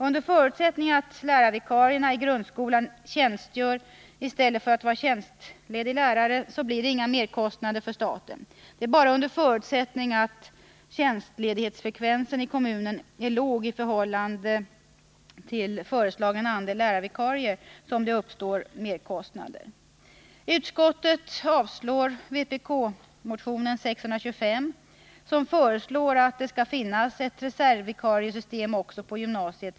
Under förutsättning att lärarvikarierna i gymnasieskolan tjänstgör i stället för tjänstledig lärare blir det inga merkostnader för staten. Det är bara under förutsättning att tjänstledighetsfrekvensen i kommunen är låg i förhållande till föreslagen andel lärarvikarier som det uppstår merkostnader. Utskottet avstyrker vpk-motionen 625, som föreslår att det skall finnas ett reservvikariesystem också på gymnasiet.